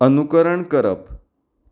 अनुकरण करप